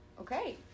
Okay